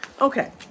Okay